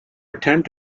returned